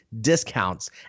discounts